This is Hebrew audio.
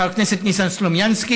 חבר הכנסת ניסן סלומינסקי,